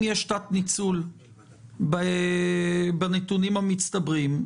אם יש תת ניצול בנתונים המצטברים,